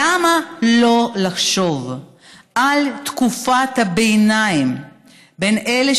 למה לא לחשוב על תקופת הביניים בין אלה,